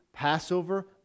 Passover